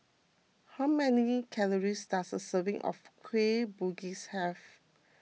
how many calories does a serving of Kueh Bugis have